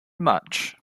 much